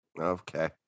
Okay